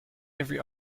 every